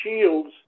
shields